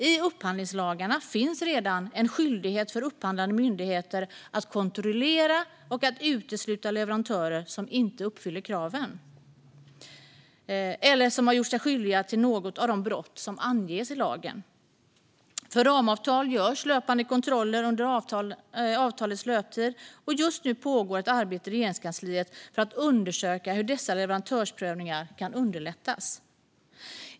I upphandlingslagarna finns redan en skyldighet för upphandlande myndigheter att kontrollera och utesluta leverantörer som inte uppfyller kraven eller som har gjort sig skyldiga till något av de brott som anges i lagen. För ramavtal görs löpande kontroller under avtalets löptid. Just nu pågår ett arbete i Regeringskansliet för att undersöka hur dessa leverantörsprövningar kan underlättas.